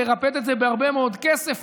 לרפד את זה בהרבה מאוד כסף,